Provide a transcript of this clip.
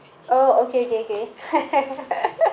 oh okay okay okay